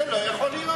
זה לא יכול להיות.